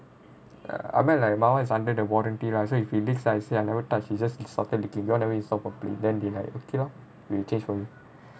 I meant like my [one] is under the warranty lah so if it's leaks ah you say I never touch it just started leaking you all never install properly then they like okay lor we change for you